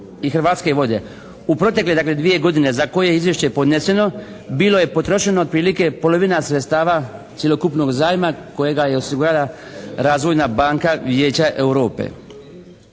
i Hrvatske vode. U protekle dakle dvije godine za koje je izvješće podneseno, bilo je potrošeno otprilike polovina sredstava cjelokupnog zajma kojega je osigurala Razvojna banka Vijeća Europe.